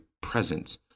presence